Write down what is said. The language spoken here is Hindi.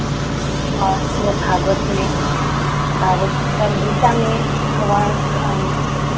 और श्रीमद्भागवत में भागवत गीता में भगवान राम